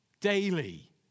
daily